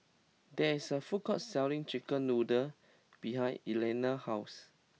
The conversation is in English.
there is a food court selling Chicken Noodles behind Elianna's house